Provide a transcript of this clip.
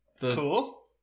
cool